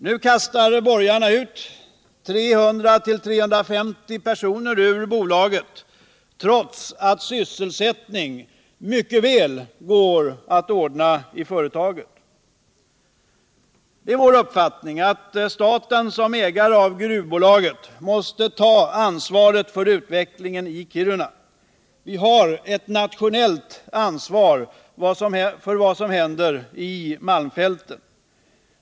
Nu kastar borgarna ut 300-350 personer ur bolaget trots att sysselsättning mycket väl kan skapas inom företaget. Det är vår uppfattning att staten som ägare av gruvbolaget måste ta ansvaret för utvecklingen i Kiruna. Vi har ett nationellt ansvar för vad som händer i malmfälten.